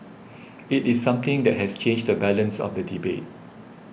it is something that has changed the balance of the debate